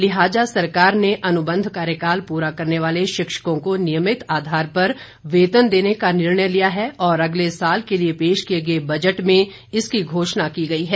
लिहाजा सरकार ने अनुबंध कार्यकाल पूरा करने वाले शिक्षकों को नियमित आधार पर वेतन देने का निर्णय लिया है और अगले साल के लिए पेश किए गए बजट में इसकी घोषणा की गई है